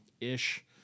ish